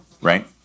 right